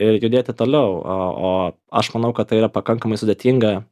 ir judėti toliau o o aš manau kad tai yra pakankamai sudėtinga